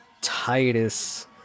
Titus